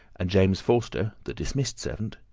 and james forster, the dismissed servant,